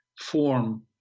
form